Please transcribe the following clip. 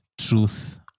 truth